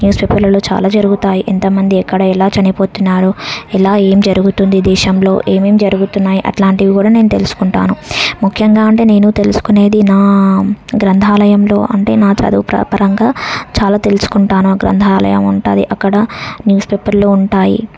న్యూస్పేపర్లలో చాలా జరుగుతాయి ఎంత మంది ఎక్కడ ఎలా చనిపోతున్నారు ఎలా ఏం జరుగుతుంది దేశంలో ఏమేమి జరుగుతున్నాయి అట్లాంటివి కూడా నేను తెలుసుకుంటాను ముఖ్యంగా అంటే నేను తెలుసుకునేది నా గ్రంథాలయంలో అంటే నా చదువు ప్ర పరంగా చాలా తెలుసుకుంటాను గ్రంథాలయం ఉంటుంది అక్కడ న్యూస్పేపర్లు ఉంటాయి